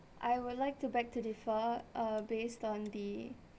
I would like to beg to differ uh based on the